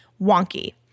wonky